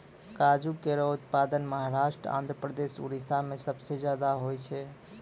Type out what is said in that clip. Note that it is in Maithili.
काजू केरो उत्पादन महाराष्ट्र, आंध्रप्रदेश, उड़ीसा में सबसे जादा होय छै